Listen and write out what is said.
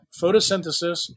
photosynthesis